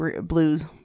blues